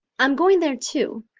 i'm going there, too.